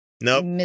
Nope